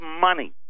money